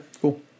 cool